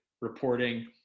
reporting